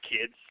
kids